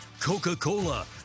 coca-cola